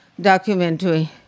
documentary